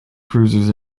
cruisers